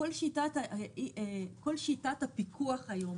לנגד עינינו עומד העניין הזה של פיקוח מתאים והולם.